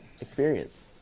experience